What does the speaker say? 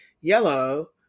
yellow